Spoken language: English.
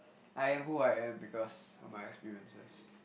I am who I am because of my experiences